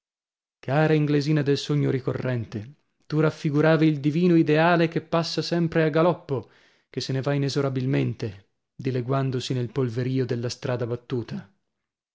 cara inglesina del sogno ricorrente tu raffiguravi il divino ideale che passa sempre a galoppo che se ne va inesorabilmente dileguandosi nel polverìo della strada battuta